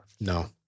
No